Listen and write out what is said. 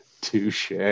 touche